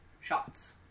shots